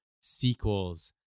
sequels